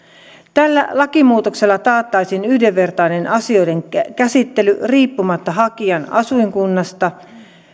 tällä lakimuutoksella taattaisiin yhdenvertainen asioiden käsittely riippumatta hakijan asuinkunnasta